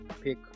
pick